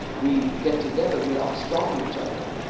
we get together we out-strong each other